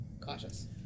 cautious